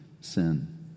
sin